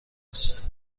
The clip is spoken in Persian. است